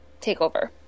TakeOver